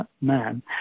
man